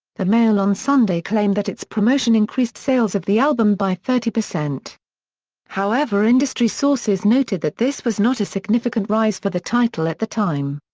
the mail on sunday claimed that its promotion increased sales of the album by thirty however industry sources noted that this was not a significant rise for the title at the time.